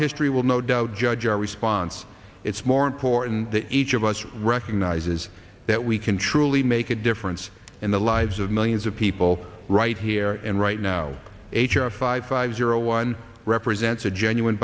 history will no doubt judge our response it's more important that each of us recognizes that we can truly make a difference in the lives of millions of people right here and right now h r five five zero one represents a genuine